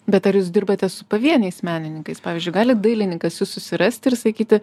bet ar jūs dirbate su pavieniais menininkais pavyzdžiui gali dailininkas jus susirasti ir sakyti